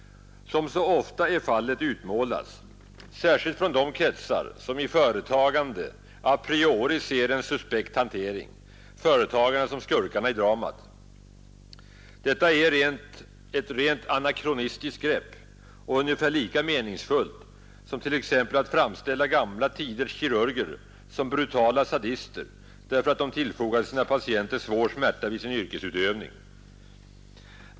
Som så ofta är fallet utmålas — särskilt från de kretsar som i företagande a priori ser en suspekt hantering — företagarna som skurkarna i dramat. Detta är ett rent anakronistiskt grepp och ungefär lika meningsfullt som t.ex. att framställa gamla tiders kirurger som brutala sadister, därför att de tillfogade sina patienter svår smärta vid sin yrkesutövning.